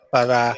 Para